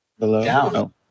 down